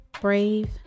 brave